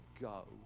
go